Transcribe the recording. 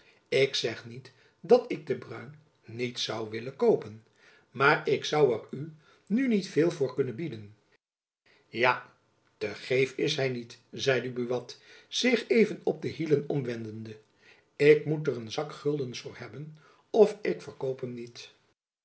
ik zeg niet dat ik den bruin niet zoû willen koopen maar ik zoû er u nu niet veel voor kunnen bieden ja te geef is hy niet zeide buat zich even op de hielen omwendende ik moet er een zak guldens voor hebben of ik verkoop hem niet